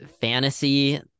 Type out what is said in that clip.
fantasy